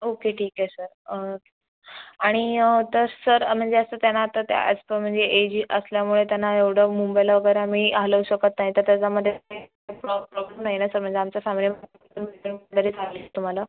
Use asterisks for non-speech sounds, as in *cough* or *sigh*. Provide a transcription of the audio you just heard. okay ठीक आहे sir आणि तर सर म्हणजे असं त्यांना आता अॅस पं म्हणजे एज असल्यामुळे त्यांना एवढं मुंबईला वगैरे आम्ही हलवू शकत नाही तर त्याच्यामध्ये काही प्रॉ प्रॉब्लम नाही ना सर म्हणजे आमचं सगळे *unintelligible* तुम्हाला